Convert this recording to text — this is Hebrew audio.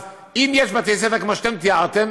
אז אם יש בתי-ספר כמו שאתם תיארתם,